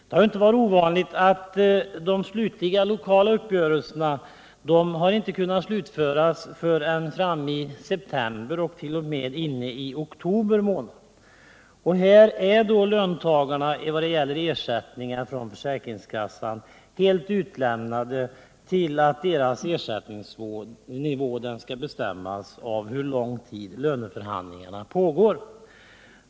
Det har inte varit ovanligt att de lokala uppgörelserna inte kunnat slutföras förrän i september och t.o.m. i oktober månad. När det gäller ersättning från försäkringskassan är löntagarna då helt utelämnade; ersättningsnivån bestäms av hur lång tid löneförhandlingarna pågår.